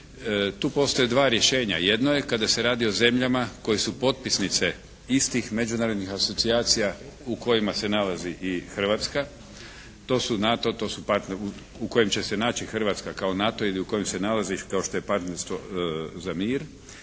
Tu postoje dva rješenja. Jedno je kada se radi o zemljama koje su potpisnice istih međunarodnih asocijacija u kojima se nalazi i Hrvatska, to su NATO, to su pakti u kojima će se naći Hrvatska kao NATO ili kao što se nalazi kao što je Partnerstvo za mir.